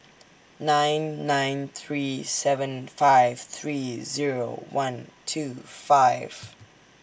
nine nine three seven five three Zero one two five